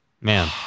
Man